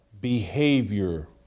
behavior